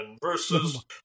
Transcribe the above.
versus